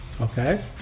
okay